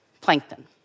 plankton